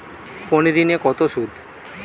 কোন ঋণে কত সুদ?